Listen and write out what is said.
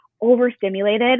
overstimulated